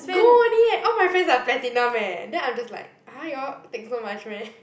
gold only eh all my friend are platinum eh then I'm just like !huh! you all take so much meh